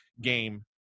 game